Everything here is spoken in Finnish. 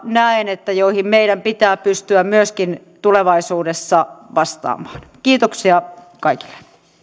näen että meidän pitää pystyä myöskin tulevaisuudessa vastaamaan kiitoksia kaikille